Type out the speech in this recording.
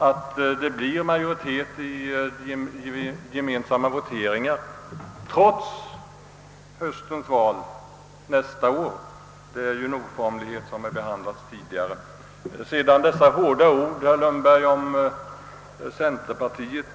Att de trots resultatet av höstens val får majoritet vid gemensamma voteringar nästa år är ju en ofrånkomlighet som behandlats tidigare, och beror på vår ofullkomliga författning.